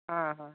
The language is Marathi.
हां हां